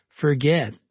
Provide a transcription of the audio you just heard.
forget